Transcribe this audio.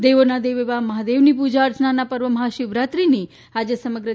દેવોના દેવ એવા મહાદેવની પૂજા અર્ચનાના પર્વ મહાશિવરાત્રીની આજે સમગ્ર